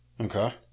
Okay